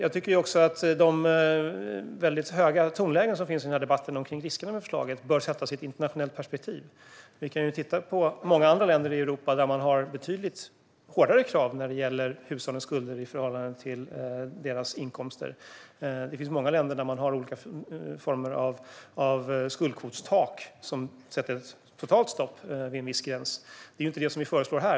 De väldigt höga tonlägena i debatten om riskerna med förslaget bör sättas i ett internationellt perspektiv. Vi kan titta på många andra länder i Europa. Där har man betydligt hårdare krav när det gäller hushållens skulder i förhållande till deras inkomster. I många länder har man olika former av skuldkvotstak, som sätter ett totalt stopp vid en viss gräns. Det är inte det vi föreslår här.